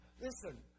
Listen